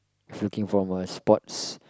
if you came from a sports